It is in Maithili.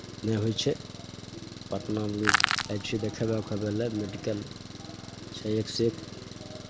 नहि होइ छै पटनामे लोग जाइ छै देखाबय उखाबय लेल मेडिकल छै एकसँ एक